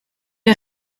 der